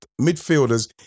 midfielders